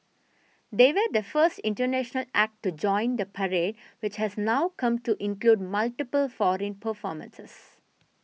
they were the first international act to join the parade which has now come to include multiple foreign performances